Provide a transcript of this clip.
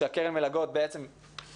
שקרן המלגות ירדה